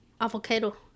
avocado